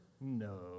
No